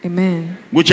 Amen